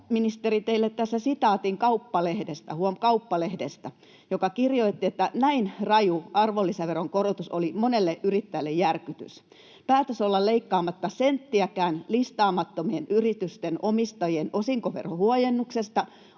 sitaatin Kauppalehdestä — huom. Kauppalehdestä — jossa kirjoitettiin seuraavasti: ”Näin raju arvonlisäveron korotus oli monelle yrittäjälle järkytys. Päätös olla leikkaamatta senttiäkään listaamattomien yritysten omistajien osinkoverohuojennuksesta